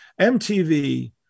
MTV